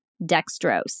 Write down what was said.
dextrose